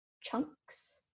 chunks